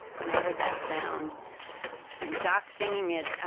when i heard that sound and doc singing it,